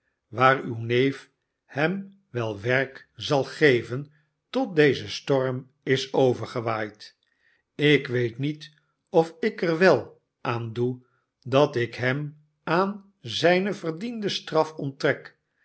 waar uwneef hem wel werk zal geven tot deze storm is overgewaaid ik weet niet of ik er wel aan doe dat ik hem aan zijne verdiende straf onttrek